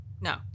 No